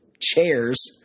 chairs